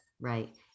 Right